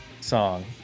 song